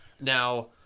Now